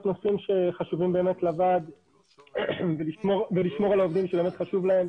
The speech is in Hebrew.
נושאים שחשובים באמת לוועד ולשמור על העובדים שבאמת חשוב להם,